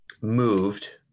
moved